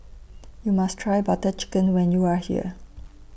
YOU must Try Butter Chicken when YOU Are here